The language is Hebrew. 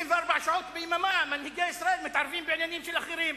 24 שעות ביממה מנהיגי ישראל מתערבים בעניינים של אחרים.